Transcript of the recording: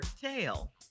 tail